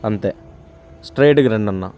అంతే స్ట్రైట్గా రండి అన్నా